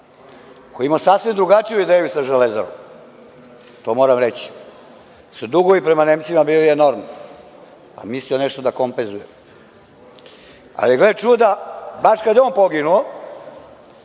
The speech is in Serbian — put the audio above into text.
koji je imao sasvim drugačiju ideju sa „Železarom“, to moram reći, jer su dugovi prema Nemcima bili enormni, a mislio je nešto da kompenzuje. Gle čuda, baš kada je on poginuo,